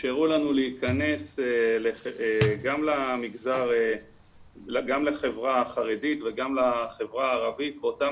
אפשרו לנו להכנס גם לחברה החרדית וגם לחברה הערבית באותם